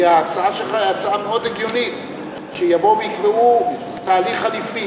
כי ההצעה שלך היא הצעה מאוד הגיונית: שיבואו ויקבעו תהליך חלופי.